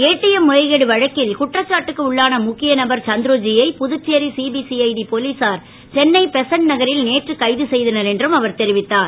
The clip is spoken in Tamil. ஏடிஎம் முறைகேடு வழக்கில் குற்றசாட்டுக்கு உன்ளான ழுக்கிய நபர் சந்துருஜி யை புதுச்சேரி சிபிசிஐடி போலீசார் சென்னை பெசன்ட் நகரில் நேற்று கைது செய்தனர் என்று தெரிவித்தார்